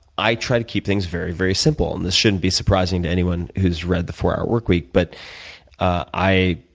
i try to keep things very, very simple, and this wouldn't be surprising to anyone who's read the four hour work week. but i,